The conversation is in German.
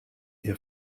ihr